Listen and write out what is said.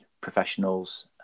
professionals